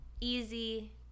Easy